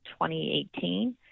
2018